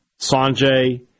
Sanjay